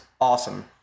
awesome